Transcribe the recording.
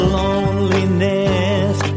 loneliness